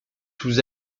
sous